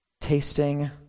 tasting